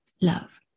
love